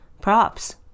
props